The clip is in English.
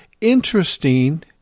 interesting